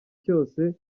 cyose